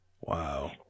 Wow